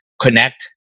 connect